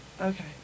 Okay